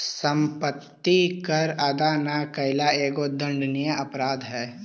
सम्पत्ति कर अदा न कैला एगो दण्डनीय अपराध हई